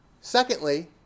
Secondly